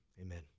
Amen